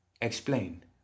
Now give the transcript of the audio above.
Explain